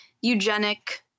eugenic